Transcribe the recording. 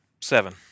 Seven